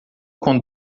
com